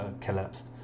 collapsed